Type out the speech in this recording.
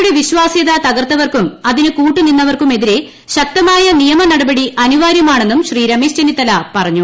യുടെ വിശ്വാസ്യത തകർത്തവർക്കും അതിന് കൂട്ടു നിന്നവർക്കുമെതിരെ ശക്തമായ നിയമനടപടി അനിവാരൃമാണെന്നും ശ്രീ രമേശ് ചെന്നിത്തല പറഞ്ഞു